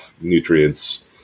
nutrients